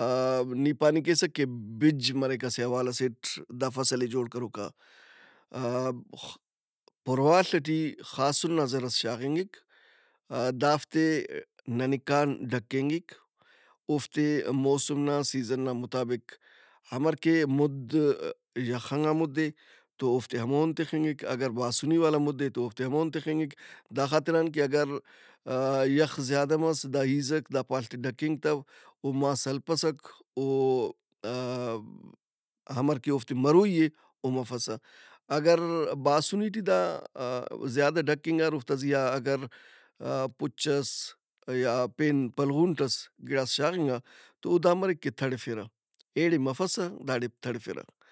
آ- نی پانِنگ کیسہ کہ بِج مریک اسہ حوالہ سیٹ دا فصل ئے جوڑ کروکا۔ آ- پُرواڷ ئٹی خاسُن نا زرس شاغنگک۔ دافت ئے ننیکان ڈھکنگِک۔ اوفت ئے موسم نا، سیزن نا مطابق ہمر کہ مُد یخ انگا مُد اے تو اوفتے ہمون تِخنگک۔ اگر باسُنی والا مُد اے تواوفتے ہمون تخنگک۔ داخاطران کہ اگر یخ زیادہ مس دا ہِیرزک، دا پاڷت ئے ڈھکنگتو او ماس ہلپسک، او ا-ا- ہمر کہ اوفتے مروئی اے او مفسہ۔ اگر باسنی ٹی دا دھکنگاراوفتا زیا اگر پُچ ئس یا پین بلغونٹ ئس گِڑاس شاغِنگا تواو دا مریک کہ تڑِفِرہ۔ ایڑے مفسہ داڑے تڑِفِرہ۔